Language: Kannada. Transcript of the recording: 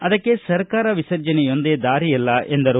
ಅದಕ್ಕೆ ಸರ್ಕಾರ ವಿಸರ್ಜನೆಯೊಂದೆ ದಾರಿಯಲ್ಲ ಎಂದರು